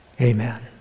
Amen